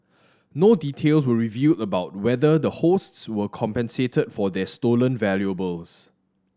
no details were reveal about whether the hosts were compensated for this stolen valuables